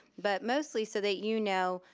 but mostly so that you know,